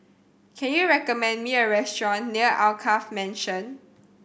can you recommend me a restaurant near Alkaff Mansion